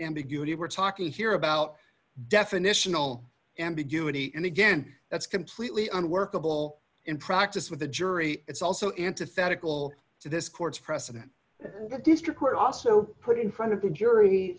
ambiguity we're talking here about definitional ambiguity and again that's completely unworkable in practice with the jury it's also into federal to this court's precedent the district were also put in front of the jury